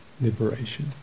liberation